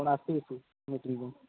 ଆପଣ ଆସିବେ ସ୍କୁଲ୍ ମିଟିଂକୁ